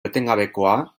etengabekoa